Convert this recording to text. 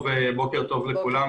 בוקר טוב לכולם.